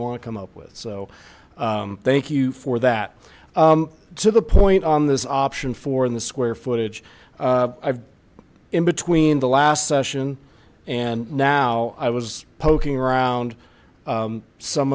want to come up with so thank you for that to the point on this option for in the square footage in between the last session and now i was poking around some